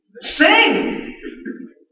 Sing